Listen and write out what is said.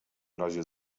razie